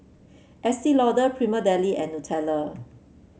Estee Lauder Prima Deli and Nutella